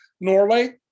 Norway